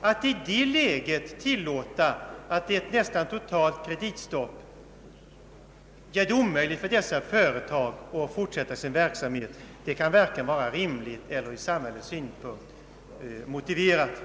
Att i det läget tilllåta att ett nästan totalt kreditstopp kan göra det omöjligt för dessa företag att fortsätta sin verksamhet kan varken vara rimligt eller ur samhällets synpunkt motiverat.